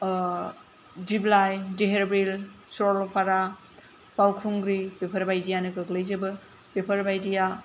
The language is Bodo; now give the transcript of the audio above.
दिपलाय धिरबिल सरलपारा बावखुंग्रि बेफोर बायदिआनो गोग्लै जोबो बेफोर बायदिया